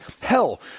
Hell